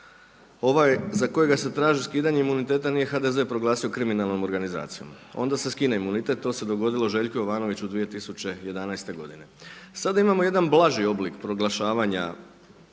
ovaj za kojega se traži skidanje imuniteta nije HDZ proglasio kriminalnom organizacijom, onda se skine imunitet. To se dogodilo Željku Jovanoviću 2011. godine. Sada imamo jedan blaži oblik proglašavanja